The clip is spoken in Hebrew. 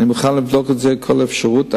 אני מוכן לבדוק כל אפשרות.